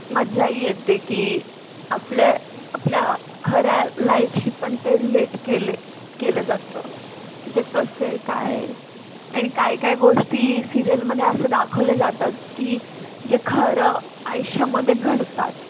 मज्जाही येते की आपल्या आपल्या खऱ्या लाईफशी पण ते रिलेट केले केलं जातं की ते कसे काय आणि काय काय गोष्टी सिरियलमध्ये असं दाखवले जातात की जे खरं आयुष्यामध्ये घडतात